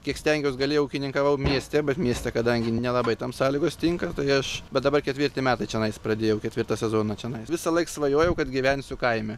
kiek stengiaus galėjau ūkininkavau mieste bet mieste kadangi nelabai tam sąlygos tinka tai aš bet dabar ketvirti metai čionais pradėjau ketvirtą sezoną čionais visąlaik svajojau kad gyvensiu kaime